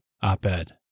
op-ed